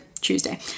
Tuesday